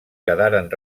quedaran